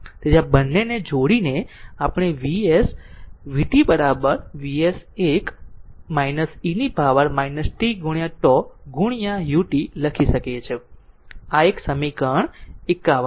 તેથી આ બંનેને જોડીને આપણે vt Vs 1 e power tτ ગુણ્યા utલખી શકીએ છીએ આ એક સમીકરણ 51 છે